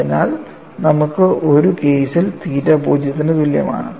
അതിനാൽ നമുക്ക് ഒരു കേസിൽ തീറ്റ 0 ന് തുല്യമാണ്